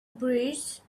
bridges